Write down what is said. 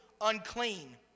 unclean